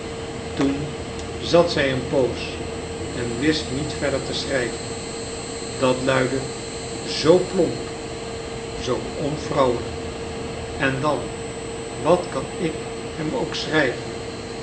toen zat zij een poos en wist niet verder te schrijven dat luidde zoo plomp zoo onvrouwelijk en dan wat kan ik hem ook schrijven